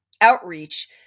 outreach